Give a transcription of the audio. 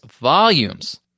volumes